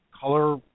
color